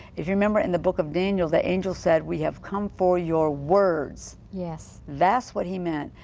if you remember in the book of daniel. the angel said we have come for your words. yes. that's what he meant.